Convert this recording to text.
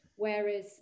Whereas